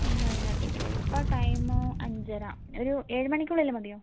ഇന്ന് വൈകുന്നേരത്തേക്കല്ലേ ഇപ്പോൾ ടൈമ് അഞ്ചര ഒരു ഏഴ് മണിക്കുള്ളിൽ മതിയോ